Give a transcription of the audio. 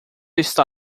está